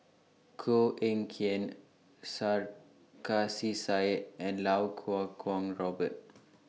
Koh Eng Kian Sarkasi Said and Lau Kuo Kwong Robert